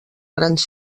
grans